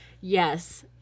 yes